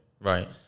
Right